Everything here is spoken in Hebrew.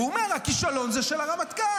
והוא אומר: הכישלון זה של הרמטכ"ל,